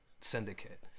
syndicate